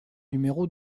numéro